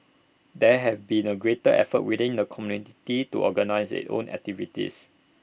there have also been greater efforts within the community to organise its own activities